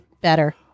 better